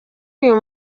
uyu